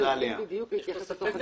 שיודעים בדיוק להתייחס לתוכן הנכון.